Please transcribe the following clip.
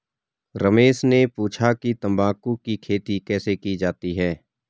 रमेश ने पूछा कि तंबाकू की खेती कैसे की जाती है?